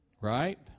Right